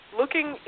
looking